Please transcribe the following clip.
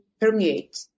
permeate